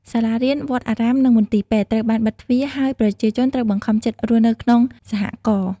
សាលារៀន វត្តអារាម និងមន្ទីរពេទ្យត្រូវបានបិទទ្វារ ហើយប្រជាជនត្រូវបង្ខំចិត្តរស់នៅក្នុង សហករណ៍។